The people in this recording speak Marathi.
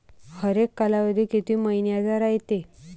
हरेक कालावधी किती मइन्याचा रायते?